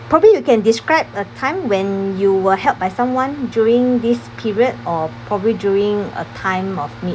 probably you can describe a time when you were helped by someone during this period or probably doing a time of need